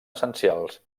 essencials